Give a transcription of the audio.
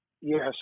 Yes